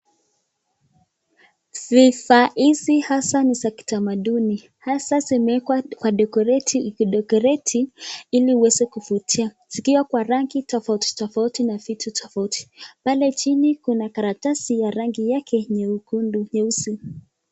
Vifaa hizi hasa ni za kitamanduni. Hasa zimewekwa kwa decorate iki decorate ili uweze kuvutia zikiwa kwa rangi tofauti tofauti na vitu tofauti. Pale chini kuna karatasi ya rangi yake nyeusi.